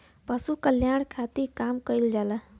पशु कल्याण खातिर काम कइल जाला